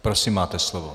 Prosím, máte slovo.